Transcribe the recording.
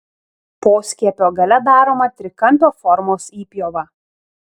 poskiepio gale daroma trikampio formos įpjova